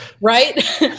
Right